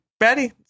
ready